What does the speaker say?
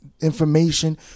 Information